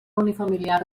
unifamiliar